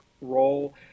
role